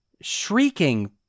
shrieking